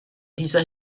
dieser